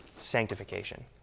sanctification